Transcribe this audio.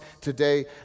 today